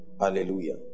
Hallelujah